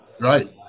Right